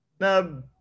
no